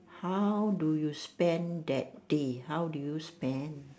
how do you spend that day how do you spend